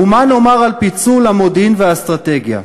ומה נאמר על פיצול המודיעין והאסטרטגיה?